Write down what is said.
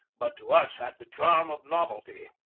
but to us had the charm of novelty.